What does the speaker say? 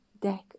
deck